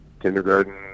Kindergarten